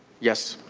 yes.